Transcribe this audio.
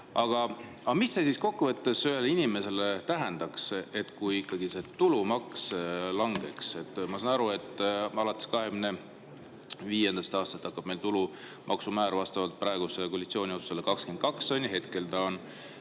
Aga mida see siis kokkuvõttes ühele inimesele tähendaks, kui ikkagi see tulumaks langeks? Ma saan aru, et alates 2025. aastast hakkab meil tulumaksumäär olema vastavalt praeguse koalitsiooni otsusele 22%, hetkel ta on